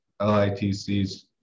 LITCs